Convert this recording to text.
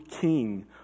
king